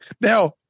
Now